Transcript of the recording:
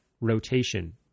rotation